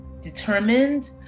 determined